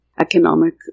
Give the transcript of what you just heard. economic